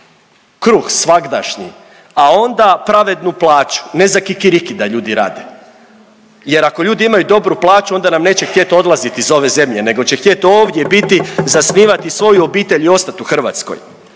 kruh svagdašnji, a onda pravednu plaću ne za kikiriki da ljudi rade jer ako ljudi imaju dobru plaću onda nam neće htjet odlazit iz ove zemlje nego će htjet ovdje biti, zasnivati svoju obitelj i ostati u Hrvatskoj.